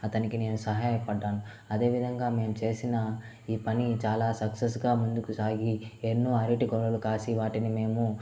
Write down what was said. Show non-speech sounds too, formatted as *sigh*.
అతనికి నేను సహాయపడ్డాను అదేవిధంగా మేము చేసిన ఈ పని చాలా సక్సెస్ గా ముందుకు సాగి ఎన్నో అరటి *unintelligible* కాసి వాటిని మేము